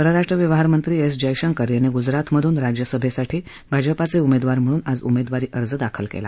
परराष्ट्र व्यवहार मंत्र एस जयशंकर यांनी गुजरातमधून राज्यसभेसाठी भाजपाचे उमेदवार म्हणून आज उमेदवारी अर्ज दाखल केला